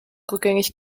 rückgängig